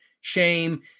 shame